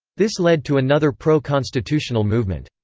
this led to another pro-constitutional movement.